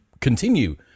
continue